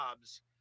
jobs